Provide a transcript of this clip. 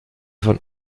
von